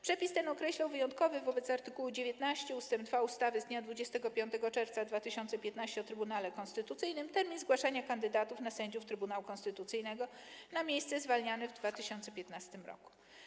Przepis ten określał wyjątkowy wobec art. 19 ust. 2 ustawy z dnia 25 czerwca 2015 r. o Trybunale Konstytucyjnym termin zgłaszania kandydatów na sędziów Trybunału Konstytucyjnego na miejsca zwalniane w 2015 r.